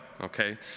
okay